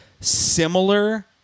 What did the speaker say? similar